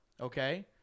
Okay